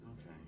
Okay